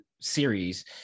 series